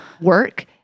work